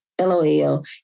LOL